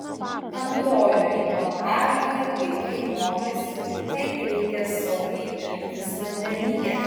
antrojoje melnragėje vaikai mokėsi kaip reikia saugiai elgtis vandenyje